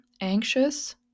anxious